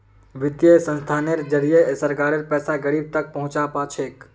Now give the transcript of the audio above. वित्तीय संस्थानेर जरिए सरकारेर पैसा गरीब तक पहुंच पा छेक